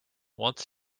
wants